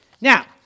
now